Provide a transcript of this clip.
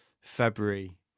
February